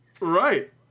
Right